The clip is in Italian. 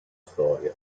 storia